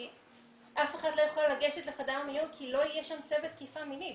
כי אף אחת לא יכולה לגשת לחדר מיון כי אין שם צוות תקיפה מינית.